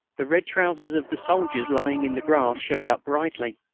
the red trousers of the soldiers, lying in the grass, showed up brightly.